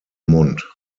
mund